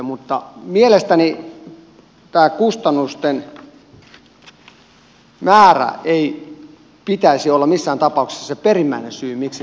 mutta mielestäni tämän kustannusten määrän ei pitäisi olla missään tapauksessa se perimmäinen syy miksi tämä laki on väärä